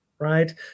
Right